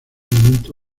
elemento